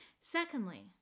Secondly